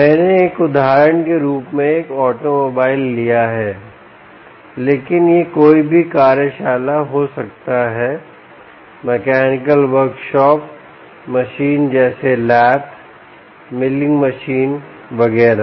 मैंने एक उदाहरण के रूप में एक ऑटोमोबाइल लिया है लेकिन यह कोई भी कार्यशाला हो सकता है मैकेनिकल वर्कशॉप मशीन जैसे लेथ मिलिंग मशीन वगैरह